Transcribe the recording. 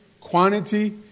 quantity